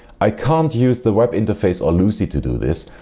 i can't use the web-interface or luci to do this,